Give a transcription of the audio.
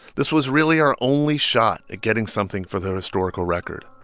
this was really our only shot at getting something for the historical record.